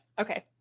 Okay